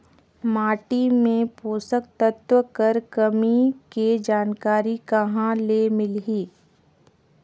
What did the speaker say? माटी मे पोषक तत्व कर कमी के जानकारी कहां ले मिलही?